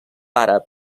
àrab